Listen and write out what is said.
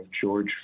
George